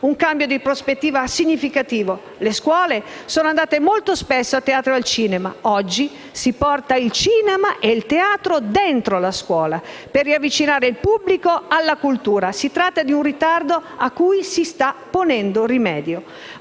un cambio di prospettiva significativo: le scuole sono andate molto spesso a teatro e al cinema, mentre oggi si porta il cinema e il teatro dentro la scuola, per riavvicinare il pubblico alla cultura. Si tratta di un ritardo a cui si sta ponendo rimedio.